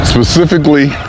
Specifically